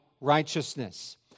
righteousness